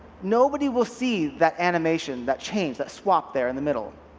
nobody will see that animation, that change, that swap there in the middle.